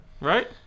Right